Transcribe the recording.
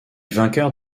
vainqueurs